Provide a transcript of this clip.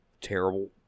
terrible